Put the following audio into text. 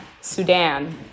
Sudan